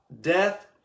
death